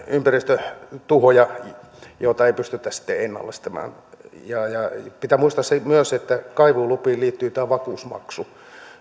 ympäristötuhoja joita ei pystyttäisi sitten ennallistamaan pitää muistaa se myös että kaivuulupiin liittyy tämä vakuusmaksu